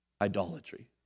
idolatry